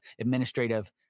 administrative